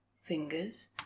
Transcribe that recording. Fingers